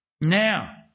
Now